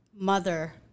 mother